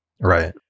right